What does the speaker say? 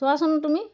চোৱাচোন তুমি